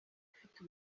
ifite